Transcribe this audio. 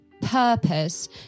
purpose